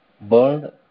burned